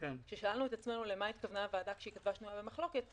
כששאלנו את עצמנו למה התכוונה הוועדה כשהיא כתבה שנויה במחלוקת?